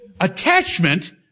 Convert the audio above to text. attachment